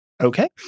Okay